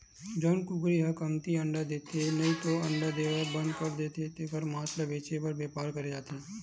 जउन कुकरी ह कमती अंडा देथे नइते अंडा देवई ल बंद कर देथे तेखर मांस ल बेचे के बेपार करे जाथे